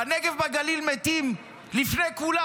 בנגב ובגליל מתים לפני כולם.